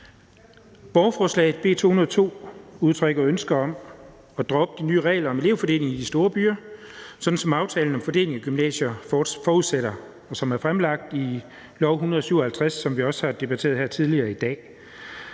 Borgerforslaget, B 202, udtrykker ønske om at droppe de nye regler om elevfordeling i de store byer, sådan som aftalen om fordeling af gymnasier forudsætter, og som det er fremlagt i L 157, som vi også har debatteret her tidligere i dag.